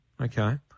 Okay